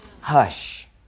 Hush